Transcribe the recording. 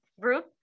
group